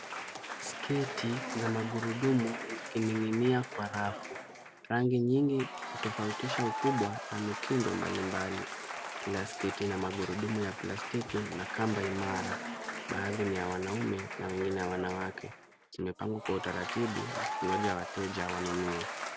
Sketi za magurudumu vikining'inia kwa rafu. Rangi nyingi hutofautisha ukubwa na mitindo mbalimbali . Kila sketi na magurudumu ya plastiki na kamba imara. Baadhi ni ya wanaume na wengine ya wanawake zimepangwa kwa utaratibu zikingoja wateja wanunue.